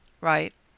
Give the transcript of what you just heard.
Right